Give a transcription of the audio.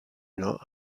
not